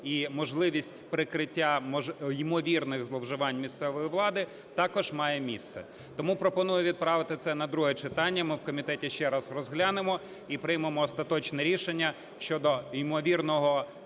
і можливість прикриття ймовірних зловживань місцевої влади також має місце. Тому пропоную відправити це на друге читання. Ми в комітеті це раз розглянемо і приймемо остаточне рішення щодо ймовірної